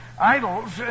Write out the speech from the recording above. idols